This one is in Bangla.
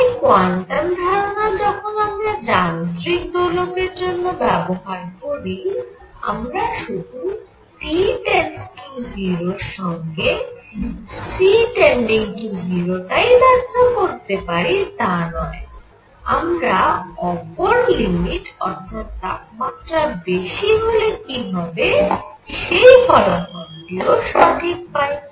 তাই কোয়ান্টাম ধারণা যখন আমরা যান্ত্রিক দোলকের জন্য ব্যবহার করি আমরা শুধু T → 0 সঙ্গে C → 0 টাই ব্যাখ্যা করতে পারি তা নয় আমরা অপর লিমিট অর্থাৎ তাপমাত্রা বেশী হলে কি হবে সেই ফলাফলও সঠিক পাই